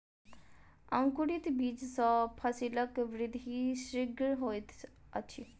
अंकुरित बीज सॅ फसीलक वृद्धि शीघ्र होइत अछि